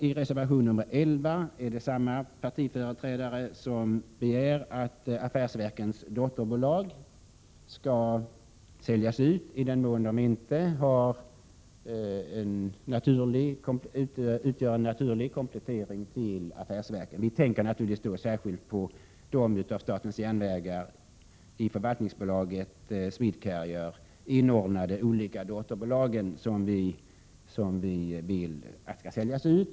I reservation 11 begär samma partiers företrädare att affärsverkens dotterbolag skall säljas ut i den mån de inte utgör en naturlig komplettering till affärsverken. Vi tänker naturligtvis just på de av statens järnvägar i förvaltningsbolaget Swedcarrier inordnade dotterbolagen, som vi vill skall säljas ut.